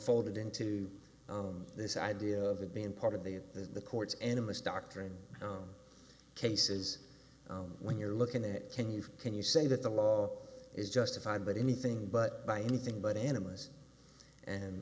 folded into this idea of being part of the the courts and it was doctrine cases when you're looking it can you can you say that the law is justified but anything but by anything but animals and